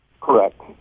Correct